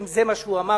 אם זה מה שהוא אמר,